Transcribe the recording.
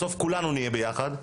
בסוף כולנו נהיה ביחד.